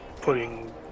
putting